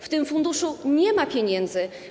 W tym funduszu nie ma pieniędzy.